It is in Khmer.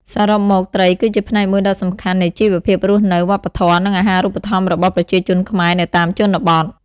សរុបមក ត្រីគឺជាផ្នែកមួយដ៏សំខាន់ នៃជីវភាពរស់នៅ វប្បធម៌ និងអាហារូបត្ថម្ភរបស់ប្រជាជនខ្មែរនៅតាមជនបទ។